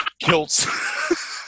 kilts